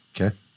Okay